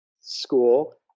school